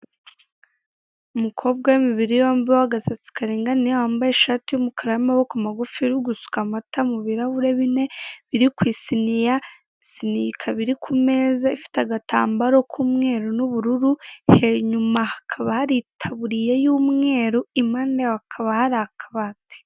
Umukobwa w'imibiri yombi, w'agasatsi karinganiye wambaye ishati y'umukara y'amaboko magufi, uri gusuka amata mu birahure bine biri ku isiniya, isiniya ikaba iri ku meza ifite agatambaro k'umweru n'ubururu, he inyuma hakaba hari itaburiya y'umweru, impande hakaba hari akabati.